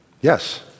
Yes